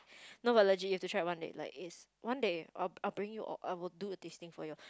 no but legit you have to try it one day like it's one day I will I will bring you all~ I will do a tasting for you